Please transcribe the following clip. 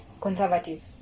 conservative